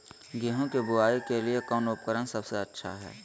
गेहूं के बुआई के लिए कौन उपकरण सबसे अच्छा है?